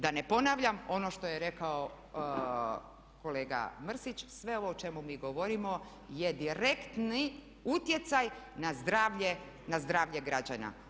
Da ne ponavljam ono što je rekao kolega Mrsić, sve ovo o čemu mi govorimo je direktni utjecaj na zdravlje građana.